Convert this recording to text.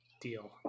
deal